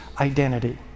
identity